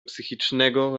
psychicznego